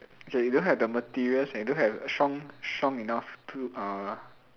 okay you don't have the materials leh and don't have a strong strong enough tool uh